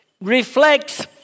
reflects